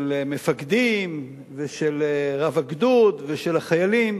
של מפקדים, ושל רב הגדוד, ושל החיילים,